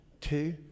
two